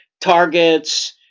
targets